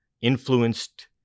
influenced